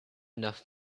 enough